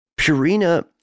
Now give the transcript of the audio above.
Purina